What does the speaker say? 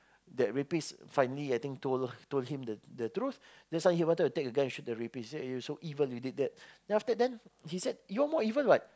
that rapist finally I think told told him the truth then suddenly he wanted to take the gun and shoot the rapist say you so evil you did that after that he said that you are more evil what